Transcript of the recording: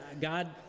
God